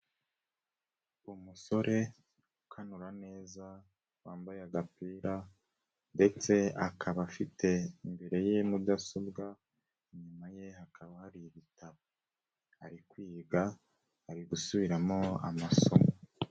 Umusore ukanura neza, wambaye agapira ndetse akaba afite imbere ya mudasobwa, inyuma ye hakaba hari ibitabo. Ari kwiga, ari gusubiramo amasomo.